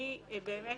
אני באמת